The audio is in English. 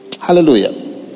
Hallelujah